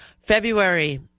February